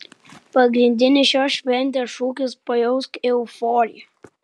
pagrindinis šios šventės šūkis pajausk euforiją